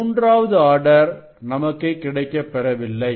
மூன்றாவது ஆர்டர் நமக்கு கிடைக்கப் பெறவில்லை